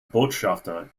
botschafter